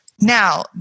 Now